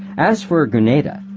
as for grenada,